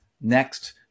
next